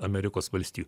amerikos valstijų